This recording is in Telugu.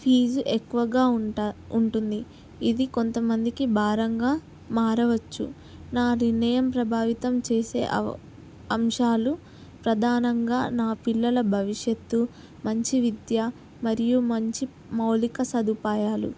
ఫీజు ఎక్కువగా ఉంటా ఉంటుంది ఇది కొంతమందికి భారంగా మారవచ్చు నా నిర్ణయం ప్రభావితం చేసేవ అంశాలు ప్రధానంగా నా పిల్లల భవిష్యత్తు మంచి విద్య మరియు మంచి మౌలిక సదుపాయాలు